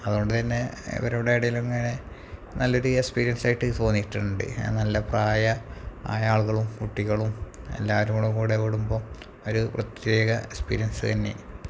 അതുകൊണ്ട് തന്നെ ഇവരുടെ ഇടയിലിങ്ങനെ നല്ലൊരു എസ്പീരിയൻസായിട്ട് തോന്നിയിട്ടുണ്ട് നല്ല പ്രായമായ ആളുകളും കുട്ടികളും എല്ലാവരുംകൂടെ കൂടുമ്പോള് ഒരു പ്രത്യേക എസ്പീരിയൻസ്സ് തന്നെ